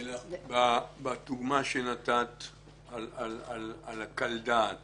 לילך, בדוגמה שנתת על הקל דעת